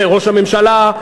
בראש הממשלה,